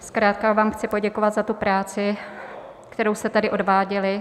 Zkrátka vám chci poděkovat za tu práci, kterou jste tady odváděli.